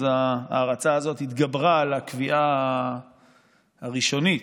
ההערצה הזאת התגברה על הקביעה הראשונית,